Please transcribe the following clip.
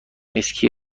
اسکی